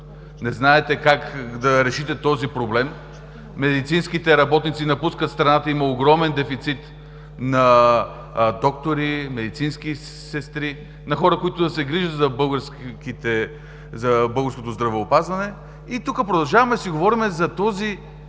не знаете как да решите този проблем, медицинските работници напускат страната, има огромен дефицит, на доктори, медицински сестри, на хора, които да се грижат за българското здравеопазване. И тук продължаваме да си говорим за този